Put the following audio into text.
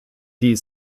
die